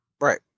Right